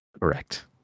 Correct